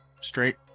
straight